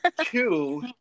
Two